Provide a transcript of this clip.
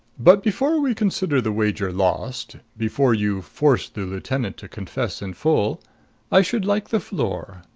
but before we consider the wager lost before you force the lieutenant to confess in full i should like the floor.